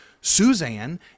Suzanne